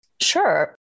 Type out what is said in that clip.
Sure